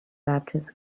baptist